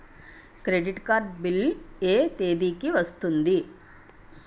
Credit card bill ఎ తేదీ కి వస్తుంది?